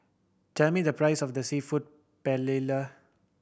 tell me the price of the Seafood Paella